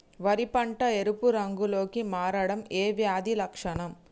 వరి పంట ఎరుపు రంగు లో కి మారడం ఏ వ్యాధి లక్షణం?